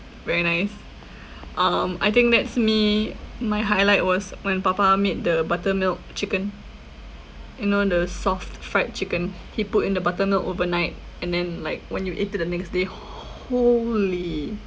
very nice um I think that's me my highlight was when papa made the buttermilk chicken you know the soft fried chicken he put in the buttermilk overnight and then like when you eat it the next day ho~ holy